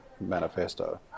Manifesto